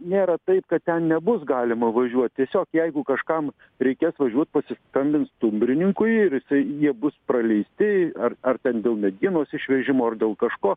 nėra taip kad ten nebus galima važiuot tiesiog jeigu kažkam reikės važiuot pasiskambins stumbrininkui ir jisai jie bus praleisti ar ar ten dėl medienos išvežimo ar dėl kažko